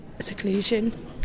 seclusion